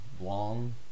long